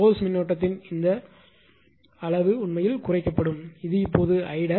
source மின்னோட்டத்தின்கரண்ட் இந்த அளவு உண்மையில் குறைக்கப்பட்டது இது இப்போது 𝐼′